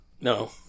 No